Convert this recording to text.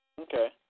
Okay